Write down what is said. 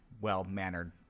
well-mannered